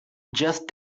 just